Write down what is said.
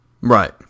right